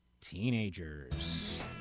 teenagers